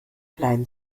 bleiben